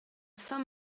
saint